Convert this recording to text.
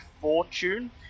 Fortune